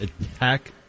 attack